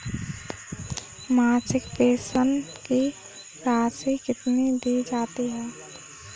मासिक पेंशन की राशि कितनी दी जाती है?